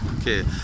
Okay